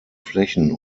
flächen